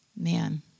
Man